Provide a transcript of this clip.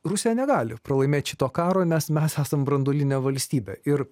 rusija negali pralaimėt šito karo nes mes esam branduolinė valstybė ir